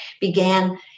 began